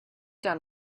done